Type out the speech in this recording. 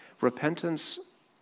Repentance